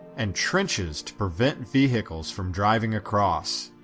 and trenches to prevent vehicles from driving across.